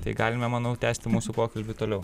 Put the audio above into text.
tai galima manau tęsti mūsų pokalbį toliau